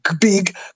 big